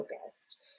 focused